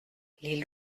les